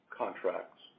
contracts